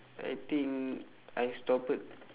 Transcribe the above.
I think I stopped